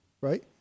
right